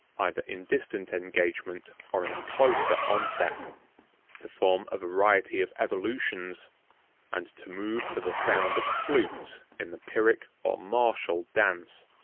either in distant engagement or in a closer onset to form a variety of evolutions and to move to the sound of flutes in the pyrrhic or martial dance.